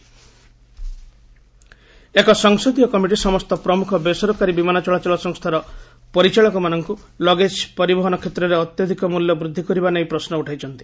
airlines baggage ଏକ ସଂସଦୀୟ ପେଟେଲ ସମସ୍ତ ପ୍ରମୁଖ ବେସରକାରୀ ବିମାନ ଚଳାଚଳ ସଂସ୍ଥାର ପରିଚାଳକମାନଙ୍କୁ ଲଗେଜ ପରିବହନ କ୍ଷେତ୍ରରେ ଅତ୍ୟଧିକ ମୂଲ୍ୟବୃଦ୍ଧି କରିବା ନେଇ ପ୍ରଶ୍ନ ଉଠାଇଛନ୍ତି